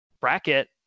bracket